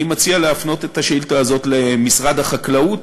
אני מציע להפנות את השאילתה הזאת למשרד החקלאות.